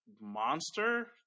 monster